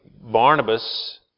Barnabas